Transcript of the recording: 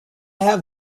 have